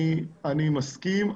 אני מסכים,